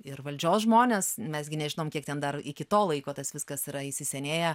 ir valdžios žmonės mes gi nežinom kiek ten dar iki to laiko tas viskas yra įsisenėję